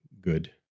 good